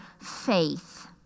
faith